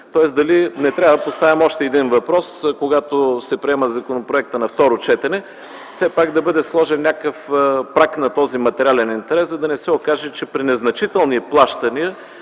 тоест дали не трябва да поставим още един въпрос? Когато се приеме законопроектът на второ четене, все пак да бъде сложен някакъв праг на този материален интерес, за да не се окаже, че при незначителни плащания